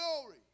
glory